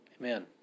Amen